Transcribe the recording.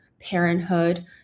parenthood